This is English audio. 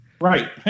Right